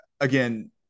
again